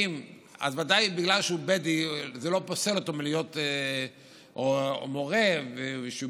אז ודאי בגלל שהוא בדואי זה לא פוסל אותו מלהיות מורה שמתמצא,